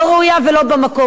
לא ראויה ולא במקום.